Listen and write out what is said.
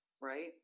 right